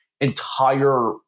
entire